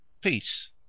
peace